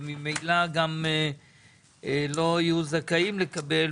וממילא גם לא יהיו זכאים לקבל,